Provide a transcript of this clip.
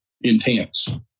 intense